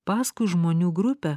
paskui žmonių grupę